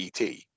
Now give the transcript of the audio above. et